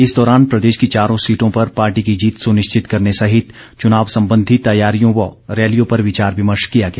इस दौरान प्रदेश की चारों सीटों पर पार्टी की जीत सुनिश्चित करने सहित चुनाव संबंधी तैयारियों व रैलियों पर विचार विमर्श किया गया